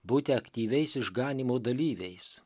būti aktyviais išganymo dalyviais